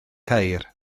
ceir